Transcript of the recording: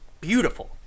beautiful